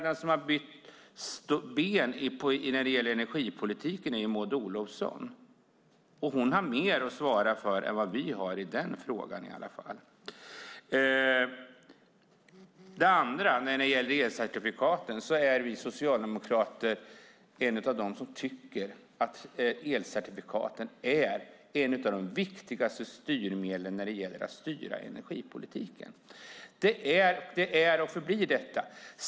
Den som har bytt ben när det gäller energipolitiken är Maud Olofsson, och hon har mer att svara för än vad vi har i den här frågan i alla fall. När det gäller elcertifikaten tillhör vi socialdemokrater dem som tycker att elcertifikaten är ett av de viktigaste styrmedlen i energipolitiken. Det är och förbli så.